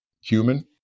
human